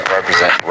represent